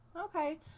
Okay